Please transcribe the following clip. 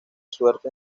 suerte